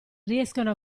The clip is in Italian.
riescono